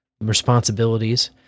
responsibilities